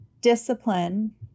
discipline